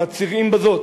מצהירים בזאת